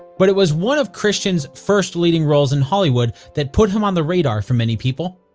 but it was one of christian's first leading roles in hollywood that put him on the radar for many people.